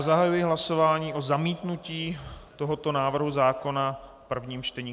Zahajuji hlasování o zamítnutí tohoto návrhu zákona v prvním čtení.